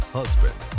husband